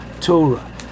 Torah